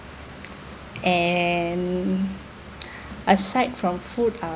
and aside from food are